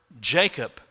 Jacob